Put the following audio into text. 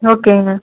ஓகேங்க